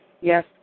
Yes